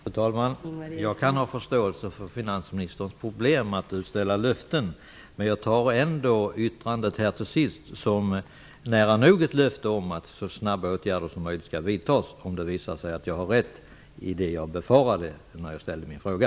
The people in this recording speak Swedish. Fru talman! Jag kan ha förståelse för finansministerns problem att utställa löften, men jag tar ändå det sista yttrandet som nära nog ett löfte om att så snabba åtgärder som möjligt skall vidtas om det visar sig att jag har rätt i det jag befarade när jag ställde min fråga.